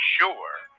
sure